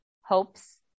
hopes